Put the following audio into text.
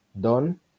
done